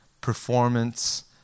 performance